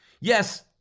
Yes